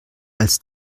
als